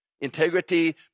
Integrity